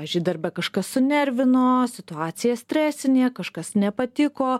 pavyzdžiui darbe kažkas sunervino situacija stresinė kažkas nepatiko